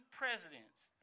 presidents